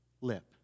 lip